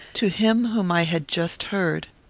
to him whom i had just heard.